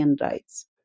rights